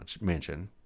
mansion